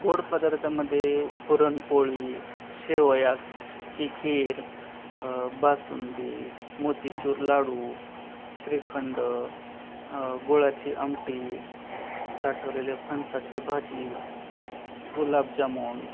गोड पदार्थामध्ये पुरणपोळी शेवयाची खीर बासुंदी मोतीचूर लाडू श्रीखंड गोडाची आमटी साठवलेले फणसाची भाजी गुलाबजामून